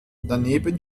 daneben